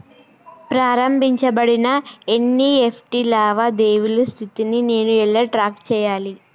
ప్రారంభించబడిన ఎన్.ఇ.ఎఫ్.టి లావాదేవీల స్థితిని నేను ఎలా ట్రాక్ చేయాలి?